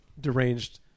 deranged